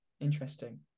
interesting